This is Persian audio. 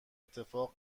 اتفاق